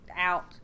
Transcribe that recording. out